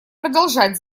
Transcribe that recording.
продолжать